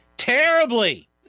terribly